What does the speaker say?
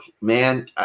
man